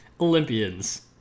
Olympians